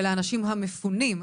של האנשים המפונים.